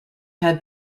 had